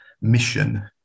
mission